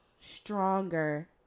stronger